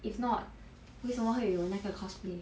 if not 为什么会有那个 cosplay